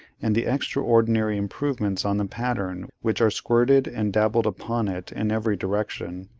and the extraordinary improvements on the pattern which are squirted and dabbled upon it in every direction,